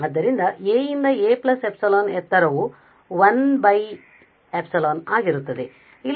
ಆದ್ದರಿಂದ a ಯಿಂದ a ε ಎತ್ತರವು 1 ε ಆಗಿರುತ್ತದೆ